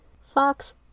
Fox